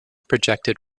projected